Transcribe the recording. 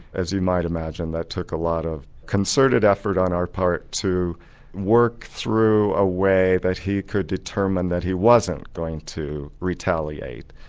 as you might imagine that took a lot of concerted effort on our part to work through a way that he could determine that he wasn't going to retaliate.